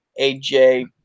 AJ